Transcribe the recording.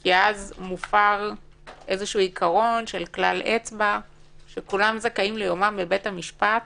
כי אז מופר איזשהו עיקרון של כלל אצבע שכולם זכאים ליומם בבית המשפט